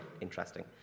interesting